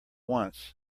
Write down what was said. once